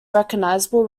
recognizable